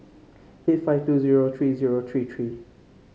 eight five two zero three zero three three